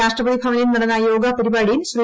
രാഷ്ട്രപതി ഭവനിൽ നടന്ന യോഗ പരിപാടിയിൽ ശ്രീ